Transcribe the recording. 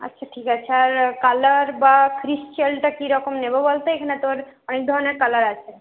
আচ্ছা ঠিক আছে আর কালার বা পিক্সেলটা কিরকম নেবো বলতো এখানে তোর অনেক অনেক ধরণের কালার আছে